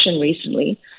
recently